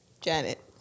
Janet